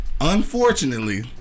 Unfortunately